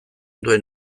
duen